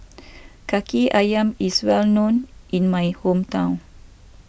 Kaki Ayam is well known in my hometown